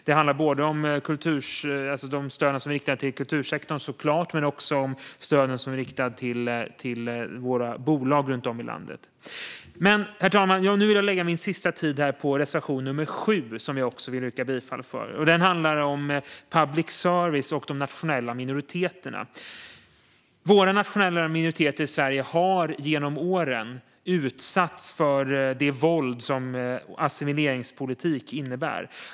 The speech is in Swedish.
Det handlar såklart om de stöd som är riktade till kultursektorn men också om de stöd som är riktade till våra bolag runt om i landet. Herr ålderspresident! Nu vill jag lägga min sista talartid på reservation nr 7, som jag också vill yrka bifall till. Den handlar om public service och de nationella minoriteterna. Våra nationella minoriteter i Sverige har genom åren utsatts för det våld som assimileringspolitik innebär.